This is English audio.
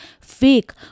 fake